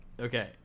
okay